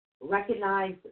recognize